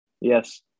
Yes